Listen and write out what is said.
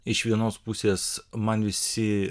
iš vienos pusės man visi